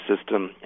system